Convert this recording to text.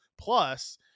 Plus